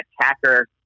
attacker